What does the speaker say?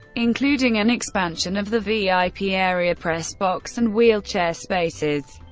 including an expansion of the vip vip yeah area, pressbox and wheelchair spaces.